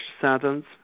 sentence